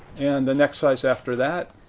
and the next size after that?